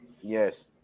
Yes